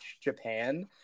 Japan